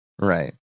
Right